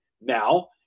now